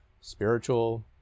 spiritual